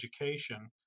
education